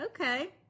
Okay